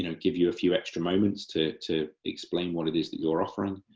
you know give you a few extra moments to to explain what it is that you're offering,